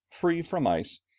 free from ice,